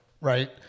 right